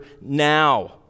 now